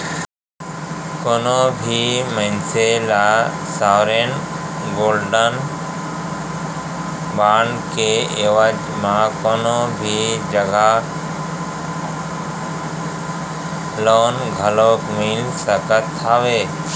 कोनो भी मनसे ल सॉवरेन गोल्ड बांड के एवज म कोनो भी जघा लोन घलोक मिल सकत हावय